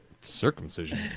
Circumcision